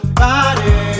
body